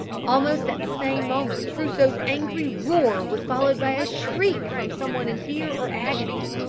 almost at the same moment crusoe's angry roar was followed by a shriek from some one in fear or agony.